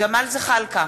ג'מאל זחאלקה,